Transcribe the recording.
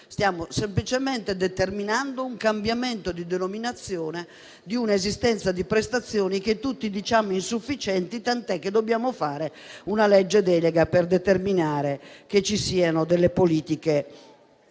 stiamo semplicemente determinando un cambiamento di denominazione di prestazioni esistenti che tutti diciamo insufficienti, tant'è che dobbiamo approvare una legge delega per determinare che ci siano delle politiche